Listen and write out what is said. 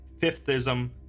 Fifthism